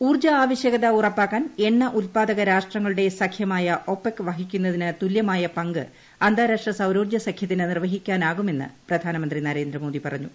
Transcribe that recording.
ഊർജ്ജ അവശ്യകത ഉറപ്പാക്കാൻ എണ്ണ ഉത്പാദക രാഷ്ട്രങ്ങളുടെ സഖ്യമായ ഒപെക് വഹിക്കുന്നതിന് തുല്യമായ പങ്ക് അന്താരാഷ്ട്ര സൌരോർജ്ജ സഖ്യത്തിന് നിർവഹിക്കാനാകുമെന്ന് പ്രധാനമന്ത്രി നരേന്ദ്രമോദി പറഞ്ഞു